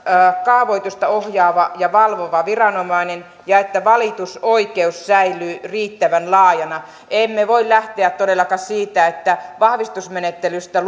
kaavoitusta ohjaava ja valvova viranomainen ja että valitusoikeus säilyy riittävän laajana emme voi lähteä todellakaan siitä että vahvistusmenettelystä